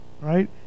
right